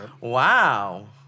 Wow